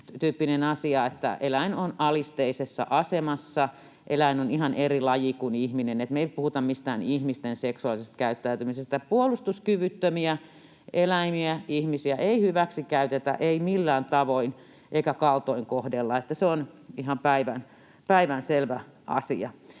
eläin on alisteisessa asemassa. Eläin on ihan eri laji kuin ihminen, niin että me ei puhuta mistään ihmisten seksuaalisesta käyttäytymisestä. Puolustuskyvyttömiä eläimiä tai ihmisiä ei hyväksikäytetä, ei millään tavoin, eikä kaltoinkohdella. Se on ihan päivänselvä asia.